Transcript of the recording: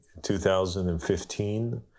2015